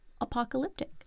apocalyptic